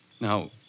Now